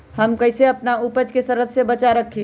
हम कईसे अपना उपज के सरद से बचा के रखी?